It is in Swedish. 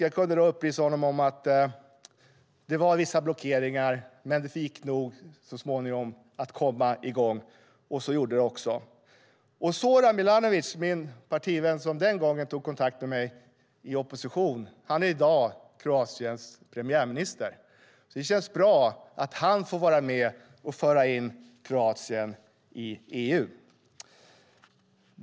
Jag kunde upplysa honom om att det var vissa blockeringar men att det nog så småningom skulle komma i gång, vilket det också gjorde. I dag är Zoran Milanovic Kroatiens premiärminister, och det känns bra att han får vara med och föra in Kroatien i EU.